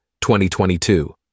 2022